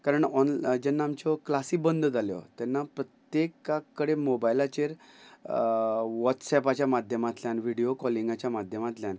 कारण ऑन जेन्ना आमच्यो क्लासी बंद जाल्यो तेन्ना प्रत्येका कडे मोबायलाचेर वॉट्सॅपाच्या माध्यमांतल्यान विडयो कॉलिंगाच्या माध्यमांतल्यान